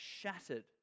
shattered